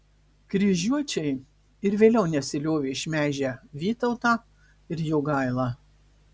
kryžiuočiai ir vėliau nesiliovė šmeižę vytautą ir jogailą